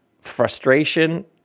Frustration